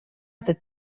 tad